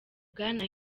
bwana